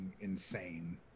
insane